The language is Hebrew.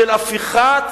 של הפיכת